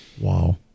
Wow